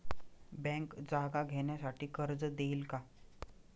Bank जागा घेण्यासाठी कर्ज देईल का?